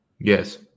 yes